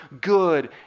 good